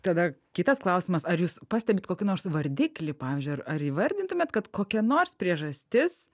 tada kitas klausimas ar jūs pastebit kokį nors vardiklį pavyzdžiui ar ar įvardintumėt kad kokia nors priežastis